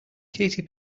katy